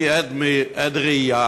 אני עד ראייה,